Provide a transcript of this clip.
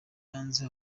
hanze